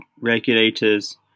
regulators